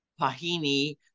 Pahini